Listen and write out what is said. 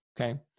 Okay